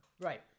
Right